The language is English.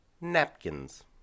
Napkins